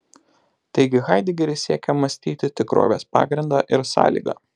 taigi haidegeris siekia mąstyti tikrovės pagrindą ir sąlygą